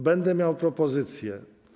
Będę miał propozycję.